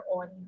on